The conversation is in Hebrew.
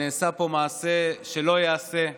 נעשה פה מעשה שלא ייעשה.